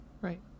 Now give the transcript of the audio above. Right